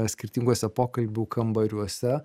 skirtinguose pokalbių kambariuose